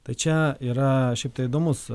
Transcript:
tai čia yra šiaip tai įdomus